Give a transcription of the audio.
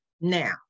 Now